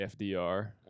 FDR